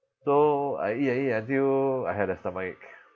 so I eat I eat until I had a stomachache